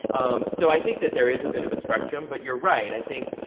um so i think that there is a bit of a spectrum, but you're right. i think,